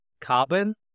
carbon